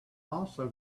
also